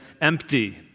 empty